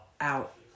out